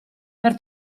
per